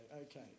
Okay